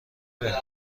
بهتر